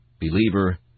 Believer